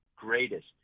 greatest